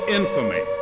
infamy